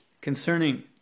concerning